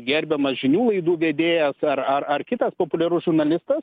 gerbiamas žinių laidų vedėjas ar ar ar kitas populiarus žurnalistas